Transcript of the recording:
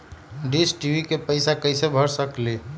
Dish TV के पैईसा कईसे भर सकली?